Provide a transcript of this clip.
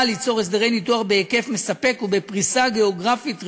ליצור הסדרי ניתוח בהיקף מספק ובפריסה גיאוגרפית ראויה,